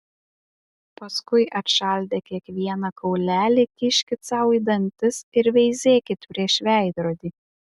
paskui atšaldę kiekvieną kaulelį kiškit sau į dantis ir veizėkit prieš veidrodį